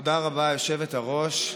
תודה רבה, היושבת-ראש.